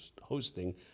hosting